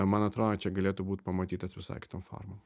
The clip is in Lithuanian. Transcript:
man atrodo čia galėtų būt pamatytas visai kitom formom